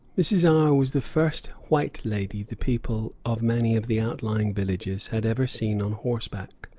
mrs. r was the first white lady the people of many of the outlying villages had ever seen on horseback,